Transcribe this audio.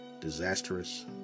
disastrous